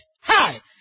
Hi